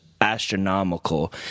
astronomical